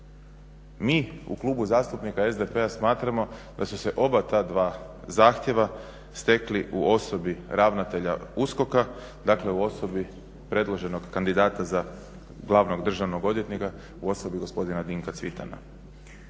Mi u Klubu zastupnika SDP-a smatramo da su se oba ta dva zahtjeva stekli u osobi ravnatelja USKOK-a, dakle u osobi predloženog kandidata za glavnog državnog odvjetnika u osobi gospodina Dinka Cvitana.